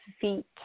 feet